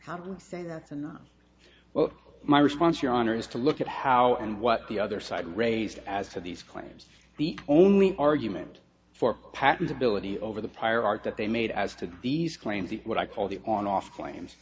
how do you say that's enough well my response your honor is to look at how and what the other side raised as to these claims the only argument for patentability over the prior art that they made as to these claims of what i call the on off claims